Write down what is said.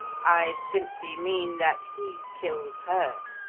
i simply mean that he killed her!